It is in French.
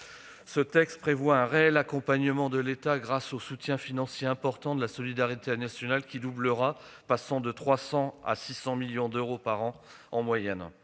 Ce texte prévoit un réel accompagnement de l'État grâce au soutien financier important de la solidarité nationale qui passera de 300 millions à 600 millions d'euros par an en moyenne.